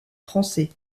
français